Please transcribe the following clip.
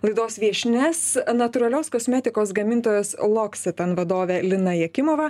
laidos viešnias natūralios kosmetikos gamintojos loccitane vadovė lina jakimova